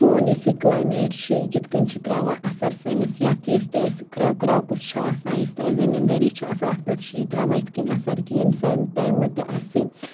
سون یُس یہِ کٕلایمیٹ چھُ یہِ کِتھٕ کٔنۍ چھُ ترٛاوان اَثَر سٲنِس یَتھ یُس تہِ اَسہِ کرٛاپُس چھُ آسان یُس تہِ اَسہِ زٔمیٖنٛدٲری چھِ آسان اَتھ پٮ۪ٹھ چھِ یہِ ترٛاوان یِتھٕ کٔنۍ اَثَر کہِ ییٚمہِ سایمہِ ٹایمہٕ تہِ اَسہِ